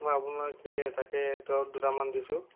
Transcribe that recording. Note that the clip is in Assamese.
মই আপোনাক এই তাকে দৰৱ দুটামান দিছোঁ